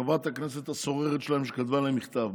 לחברת הכנסת הסוררת שלהם שכתבה להם מכתב,